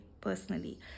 personally